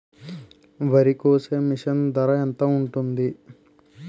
వరి కోసే మిషన్ ధర ఎంత ఉంటుంది?